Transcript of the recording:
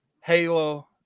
Halo